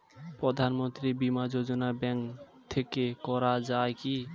প্রধানমন্ত্রী বিমা যোজনা ব্যাংক থেকে করা যায় কি?